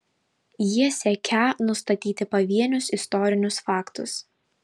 jie siekią nustatyti pavienius istorinius faktus